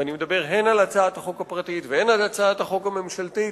ואני מדבר הן על הצעת החוק הפרטית והן על הצעת החוק הממשלתית